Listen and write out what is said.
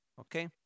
Okay